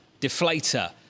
deflator